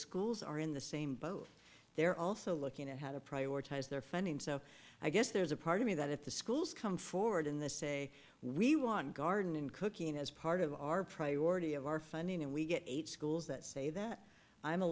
schools are in the same boat they're also looking at how to prioritize their funding so i guess there's a part of me that if the schools come forward in the say we want garden and cooking as part of our priority of our funding and we get eight schools that say that i'm a